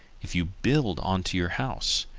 if you build on to your house,